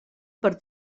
per